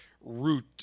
root